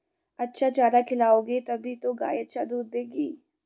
अच्छा चारा खिलाओगे तभी तो गाय अच्छा दूध देगी